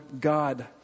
God